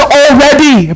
already